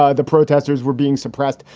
ah the protesters were being suppressed.